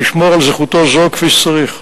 לשמור על זכותו זו כפי שצריך.